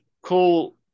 cool